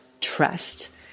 trust